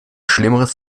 schlimmeres